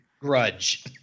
Grudge